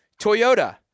Toyota